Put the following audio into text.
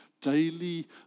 daily